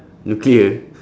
nuclear